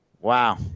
Wow